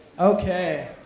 Okay